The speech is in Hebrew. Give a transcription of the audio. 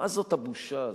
מה זאת הבושה הזאת,